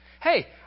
Hey